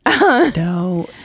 No